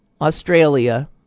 Australia